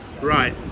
Right